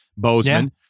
bozeman